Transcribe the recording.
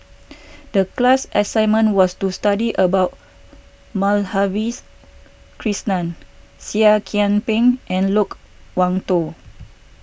the class assignment was to study about Madhavis Krishnan Seah Kian Peng and Loke Wan Tho